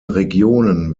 regionen